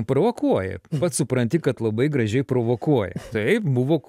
provokuoji pats supranti kad labai gražiai provokuoji taip buvo